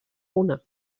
una